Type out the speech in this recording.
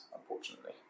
unfortunately